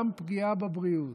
גם פגיעה בבריאות,